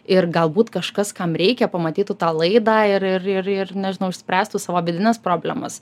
ir galbūt kažkas kam reikia pamatytų tą laidą ir ir ir ir nežinau išspręstų savo vidines problemas